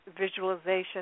visualization